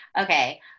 okay